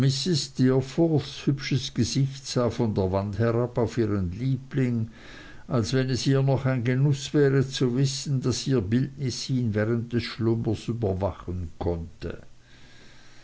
gesicht sah von der wand herab auf ihren liebling als wenn es ihr noch ein genuß wäre zu wissen daß ihr bildnis ihn während des schlummers überwachen konnte